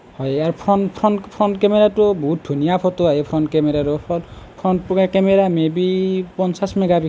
হয় ইয়াৰ front front front কেমেৰাটোও বহুত ধুনীয়া ফটো আহে front camera front camera may be পঞ্চাছ মেগা পিক্সেল